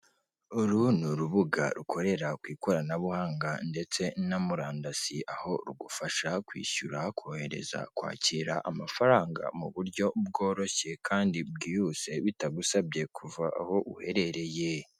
Uru ni urubuga rukorera ku ikoranabuhanga ndetse na murandasi, aho rugufasha kwishyura, kohereza. kwakira amafaranga mu buryo bworoshye kandi bwihuse bitagusabye kuva aho uherereye.